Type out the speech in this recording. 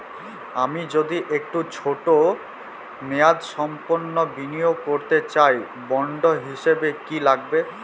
আমি যদি একটু ছোট মেয়াদসম্পন্ন বিনিয়োগ করতে চাই বন্ড হিসেবে কী কী লাগবে?